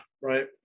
right